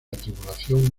tripulación